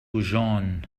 جون